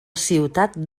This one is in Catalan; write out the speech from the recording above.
ciutat